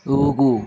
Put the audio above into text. ಹೋಗು